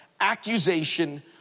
accusation